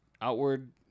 outward